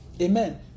Amen